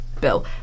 bill